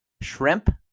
shrimp